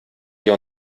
wir